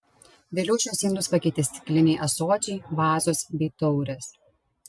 vėliau šiuos indus pakeitė stikliniai ąsočiai vazos bei taurės